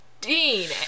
Dean